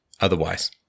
otherwise